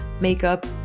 makeup